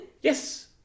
Yes